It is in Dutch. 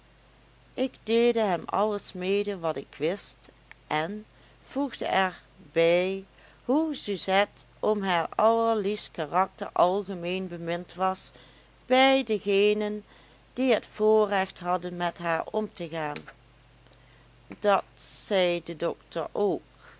ik deelde hem alles mede wat ik wist én voegde er bij hoe suzette om haar allerliefst karakter algemeen bemind was bij degenen die het voorrecht hadden met haar omtegaan dat zei de dokter ook